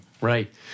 Right